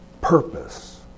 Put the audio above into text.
Purpose